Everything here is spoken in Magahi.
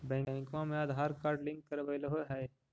बैंकवा मे आधार कार्ड लिंक करवैलहो है?